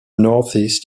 northeast